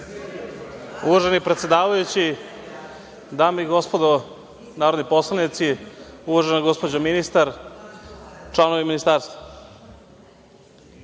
Uvaženi predsedavajući, dame i gospodo narodni poslanici, uvažena gospođo ministar, članovi ministarstva,